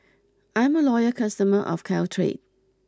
I'm a loyal customer of Caltrate